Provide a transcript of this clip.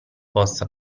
possa